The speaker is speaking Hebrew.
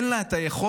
אין לה את היכולת,